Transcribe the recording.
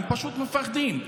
הם פשוט מפחדים.